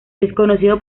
desconocido